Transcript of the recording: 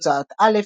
הוצאת אלף,